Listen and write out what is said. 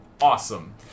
awesome